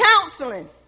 counseling